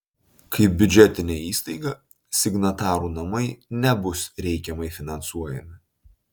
kaip biudžetinė įstaiga signatarų namai nebus reikiamai finansuojami